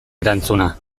erantzuna